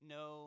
no